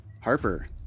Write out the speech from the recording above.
Harper